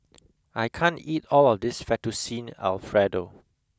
I can't eat all of this Fettuccine Alfredo